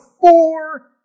four